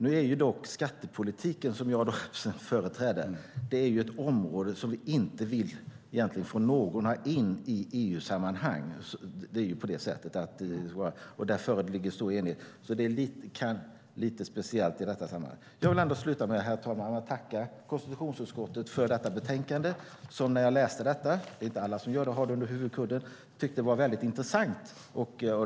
Nu är dock skattepolitiken, som jag företräder, ett område som egentligen ingen av oss vill ha in i EU-sammanhang, och där föreligger stor enighet. Så det är lite speciellt. Jag vill avsluta med att tacka konstitutionsutskottet för detta utlåtande, som jag när jag läste det - det är inte alla som har det under huvudkudden - tyckte var väldigt intressant.